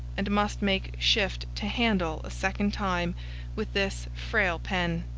and must make shift to handle a second time with this frail pen.